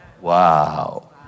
Wow